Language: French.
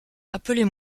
appelez